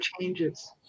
changes